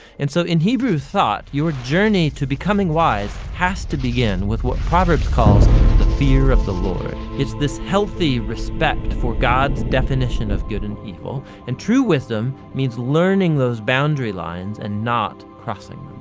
and so, in hebrew thought, your journey to becoming wise has to begin with what proverbs calls the fear of the lord. it's this healthy respect for god's definition of good and evil and true wisdom means learning those boundary lines and not crossing